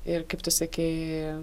ir kaip tu sakei